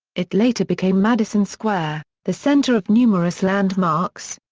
it later became madison square, the center of numerous landmarks.